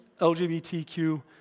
LGBTQ